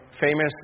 famous